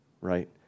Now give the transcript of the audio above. right